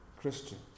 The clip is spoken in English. Christian